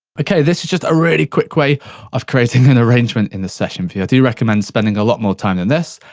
okay, this is just a really quick way of creating an arrangement, in the session view. view. i do recommend spending a lot more time than this,